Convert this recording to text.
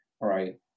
right